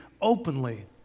openly